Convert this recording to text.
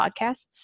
podcasts